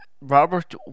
Robert